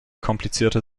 komplizierte